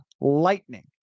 lightning